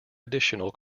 additional